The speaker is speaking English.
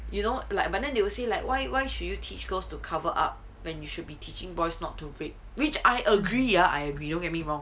you know like but then you will see like why why should you teach girls to cover up when you should be teaching boys not to rape which I agree I agree don't get me wrong